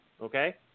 Okay